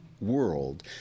world